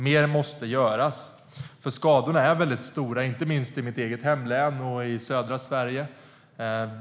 Mer måste göras, för skadorna är väldigt stora, inte minst i mitt eget hemlän och i södra Sverige.